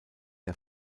der